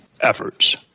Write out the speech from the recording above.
efforts